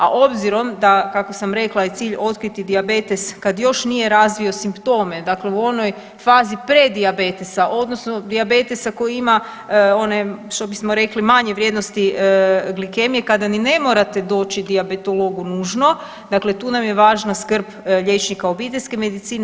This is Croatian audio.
A obzirom da kako sam rekla je cilj otkriti dijabetes kad još nije razvio simptome, dakle u onoj fazi pred dijabetesa odnosno dijabetesa koji ima one što bismo rekli manje vrijednosti glikemije kada ni ne morate doći dijabetologu nužno, dakle tu nam je važna skrb liječnika obiteljske medicine.